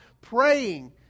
praying